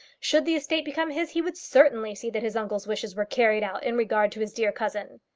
should the estate become his, he would certainly see that his uncle's wishes were carried out in regard to his dear cousin.